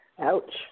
Ouch